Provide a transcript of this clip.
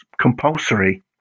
compulsory